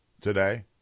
today